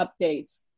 Updates